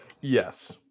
Yes